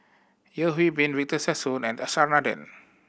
Yeo Hwee Bin Victor Sassoon and S R Nathan